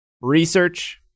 research